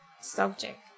subject